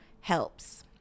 helps